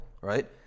Right